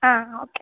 ಹಾಂ ಒಕೆ